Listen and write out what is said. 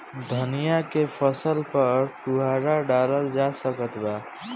धनिया के फसल पर फुहारा डाला जा सकत बा?